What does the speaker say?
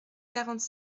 quarante